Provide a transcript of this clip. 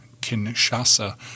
Kinshasa